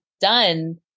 done